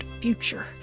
future